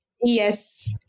yes